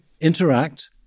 interact